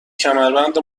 کمربند